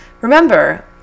Remember